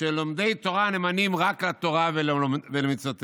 שלומדי תורה נאמנים רק לתורה ולמצוותיה.